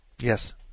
Yes